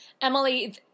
Emily